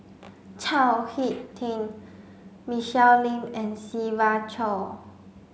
Chao Hick Tin Michelle Lim and Siva Choy